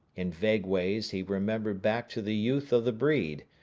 in vague ways he remembered back to the youth of the breed,